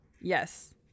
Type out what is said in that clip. Yes